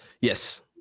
Yes